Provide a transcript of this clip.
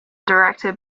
directed